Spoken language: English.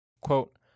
Quote